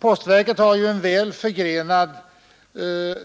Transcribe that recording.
Postverket har ju ett väl förgrenat